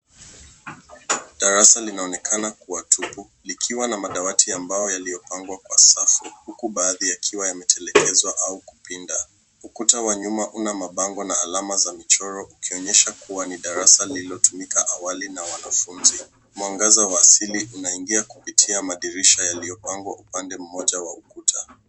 Darasa linaonekana kuwa tupu likiwa na madawati ya mbao yaliyopangwa kwa safu huku baadhi yakiwa yametelekezwa au kupinda. Ukuta wa nyuma una mabango au alama za michoro ukionyesha kuwa ni darasa lililotumika awali na wanafunzi. Mwangaza wa asili unaingia kupitia madirisha yaliyopangwa upande mmoja wa ukuta.